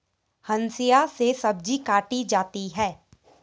हंसिआ से सब्जी काटी जाती है